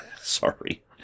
sorry